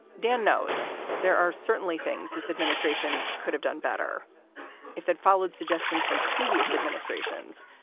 dan knows there are certainly things this administration could have done better if they'd followed suggestions from previous administrations.